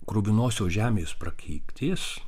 kruvinosios žemės prakeiktis